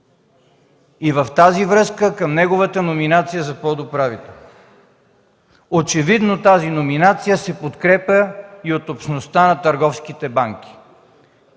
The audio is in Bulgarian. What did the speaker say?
и в тази връзка към неговата номинация за подуправител. Очевидно тази номинация се подкрепя и от общността на търговските банки.